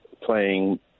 playing